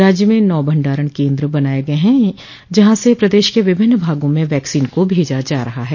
राज्य में नौ भण्डारण केन्द्र बनाये गये है जहां से प्रदेश के विभिन्न भागों में वैक्सीन को भेजा जा रहा है